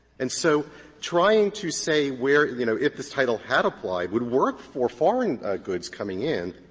and so trying to say where you know, if this title had applied would work for foreign goods coming in,